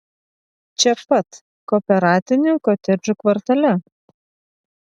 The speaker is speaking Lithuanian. čia pat kooperatinių kotedžų kvartale